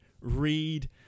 read